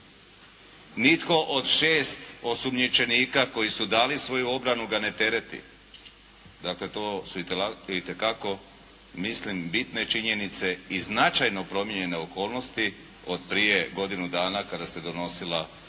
Nitko od 6 osumnjičenika koji su dali svoju obranu ga ne tereti. Dakle to su itekako mislim bitne činjenice i značajno promijenjene okolnosti od prije godinu dana kada se donosila u